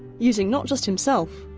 using not just himself,